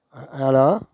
hello